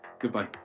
Goodbye